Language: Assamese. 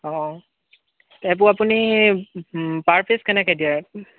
অঁ এইবোৰ আপুনি পাৰ পিছ কেনেকৈ দিয়ে